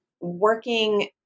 working